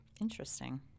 Interesting